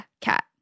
Cat